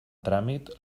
tràmit